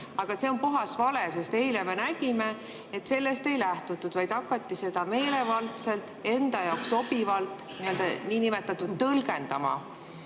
Aga see on puhas vale, sest eile me nägime, et sellest ei lähtutud, vaid hakati seda meelevaldselt enda jaoks sobivalt niinimetatud tõlgendama